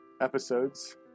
episodes